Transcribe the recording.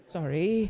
Sorry